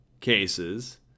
cases